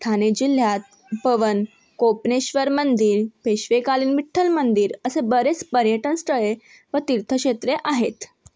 ठाने जिल्ह्यात पवन कोपनेश्वर मंदिर पेशवेकालीन विठ्ठल मंदिर असे बरेच पर्यटन स्थळे व तीर्थक्षेत्रे आहेत